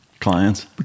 clients